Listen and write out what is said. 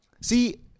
see